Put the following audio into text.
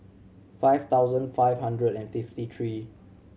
five thousand five hundred and fifty three